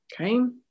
Okay